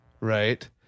right